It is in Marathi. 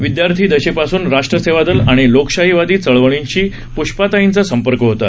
विदयार्थिदशेपासून राष्ट्र सेवा दल आणि लोकशाहीवादी चळवळींशी पृष्पाताईंचा संपर्क होता